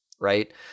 right